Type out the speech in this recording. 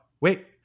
Wait